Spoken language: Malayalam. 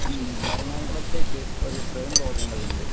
എറണാകുളത്തേക്ക് ഒരു ട്രെയിൻ പോകേണ്ടതുണ്ട്